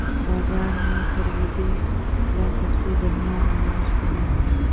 बाजार में खरदे ला सबसे बढ़ियां अनाज कवन हवे?